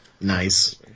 Nice